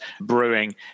brewing